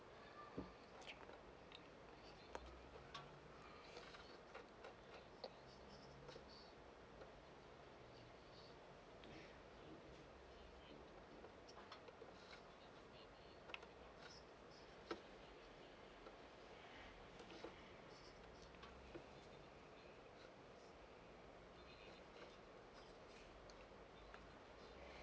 okay